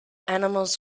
animals